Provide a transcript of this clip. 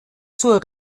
zur